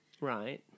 right